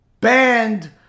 banned